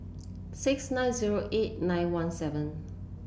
six nine zero eight nine one seven